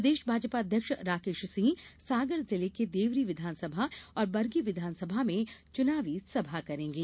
प्रदेश भाजपा अध्यक्ष राकेश सिंह सागर जिले के देवरी विधानसभा और बरगी विधानसभा में चुनाव सभा करेंगे